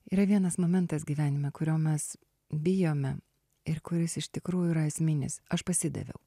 yra vienas momentas gyvenime kurio mes bijome ir kuris iš tikrųjų yra esminis aš pasidaviau